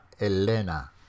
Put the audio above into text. Elena